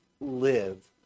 live